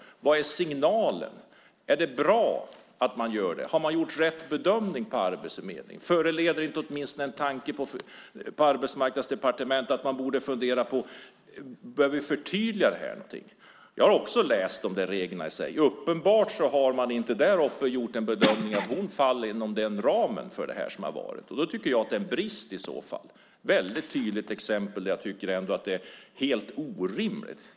Vad är signalen? Är det bra att man gör detta? Har man gjort rätt bedömning på arbetsförmedlingen? Finns det inte åtminstone en tanke på Arbetsmarknadsdepartementet om att man kanske borde fundera på om det här behöver förtydligas? Jag har också läst de där reglerna. Uppenbarligen har man där uppe inte gjort den bedömningen att hon faller inom den ramen. Då tycker jag att det är en brist. Det är ett väldigt tydligt exempel där jag tycker att det är helt orimligt.